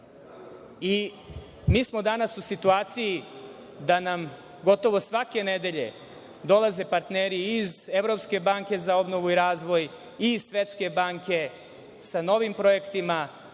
smo danas u situaciji da nam gotovo svake nedelje dolaze partneri iz Evropske banke za obnovu i razvoj, iz Svetske banke, sa novim projektima,